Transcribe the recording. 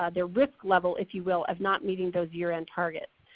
ah their risk level if you will at not meeting those year-end targets.